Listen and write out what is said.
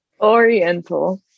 Oriental